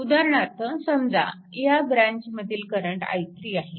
उदाहरणार्थ समजा ह्या ब्रँच मधील करंट i3 आहे